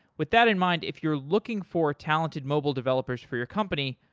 with that in mind, if you're looking for talented mobile developers for your company,